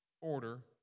order